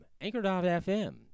Anchor.fm